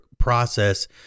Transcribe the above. process